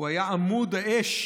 הוא היה עמוד האש